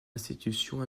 institutions